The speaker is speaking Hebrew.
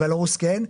בלארוס כן.